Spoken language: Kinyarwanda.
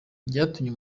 byatumye